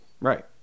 Right